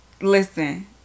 listen